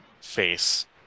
face